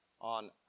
on